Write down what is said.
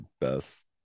best